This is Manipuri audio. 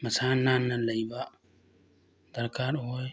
ꯃꯁꯥ ꯅꯥꯟꯅ ꯂꯩꯕ ꯗꯔꯀꯥꯔ ꯑꯣꯏ